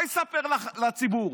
מה יספר לציבור?